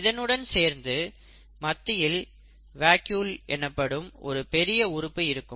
இதனுடன் சேர்ந்து மத்தியில் வாக்யுஓல் எனப்படும் ஒரு பெரிய உறுப்பு இருக்கும்